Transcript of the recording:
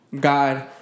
God